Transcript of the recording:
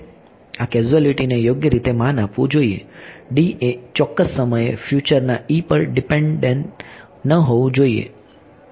આ કેઝ્યુલીટીને યોગ્ય રીતે માન આપવું જોઈએ એ ચોક્કસ સમયે ફ્યુચરના પર ડીપેન્ડ ન હોવું જોઈએ